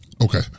Okay